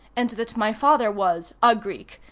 and that my father was a greek,